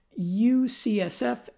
UCSF